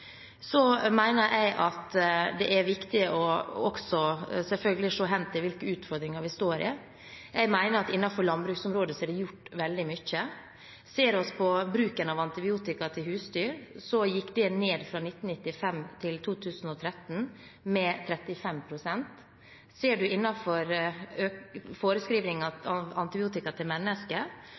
Så mener jeg at det er viktig også, selvfølgelig, å se hen til hvilke utfordringer vi står i. Jeg mener at innenfor landbruksområdet er det gjort veldig mye. Bruken av antibiotika til husdyr gikk ned med 35 pst. fra 1995 til 2013. Ser en på forskrivning av antibiotika til mennesker,